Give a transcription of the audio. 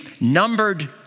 numbered